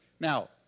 Now